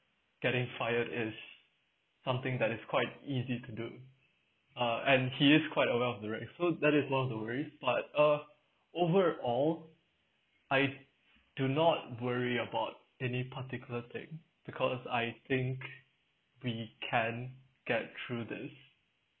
getting fired is something that is quite easy to do uh and he is quite aware of the risk so that is one of the risk but uh overall I do not worry about any particular thing because I think we can get through this